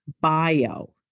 bio